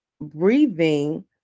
breathing